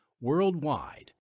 worldwide